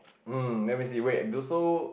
um then we see wait so